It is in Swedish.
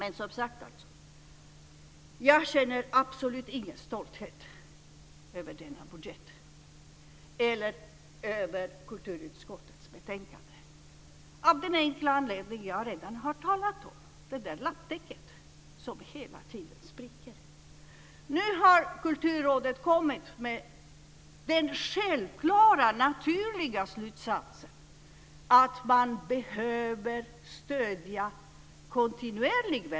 Men, som sagt, jag känner absolut ingen stolthet över denna budget och inte heller över kulturutskottets betänkande, och detta av den enkla anledning som jag redan har talat om, att det är som ett lapptäcke som hela tiden spricker i sömmarna.